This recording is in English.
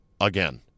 again